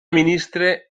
ministre